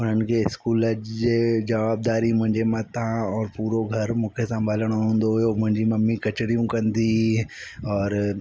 हुननि खे स्कूल जी जवाबदारी मुंजे मथां और पूरो घर मूंखे संभालिणो हूंदो हुओ मुंहिंजी मम्मी कचरियूं कंदी हुई और